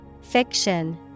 fiction